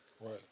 Right